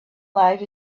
life